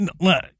look